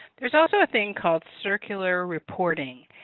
there's also a thing called circular reporting.